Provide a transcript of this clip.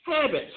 Habits